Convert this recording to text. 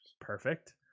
Perfect